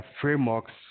Frameworks